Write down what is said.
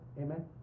amen